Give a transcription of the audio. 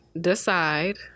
decide